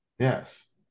Yes